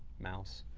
mouse